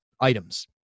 items